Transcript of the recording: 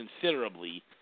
considerably